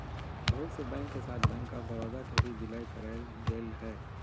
बहुत से बैंक के साथ बैंक आफ बडौदा के भी विलय करेल गेलय हें